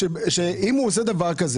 אם הוא עושה דבר כזה,